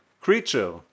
creature